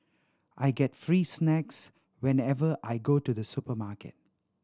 I get free snacks whenever I go to the supermarket